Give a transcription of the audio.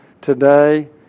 today